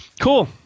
Cool